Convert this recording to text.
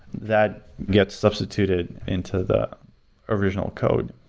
that gets substituted into the original code.